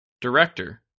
Director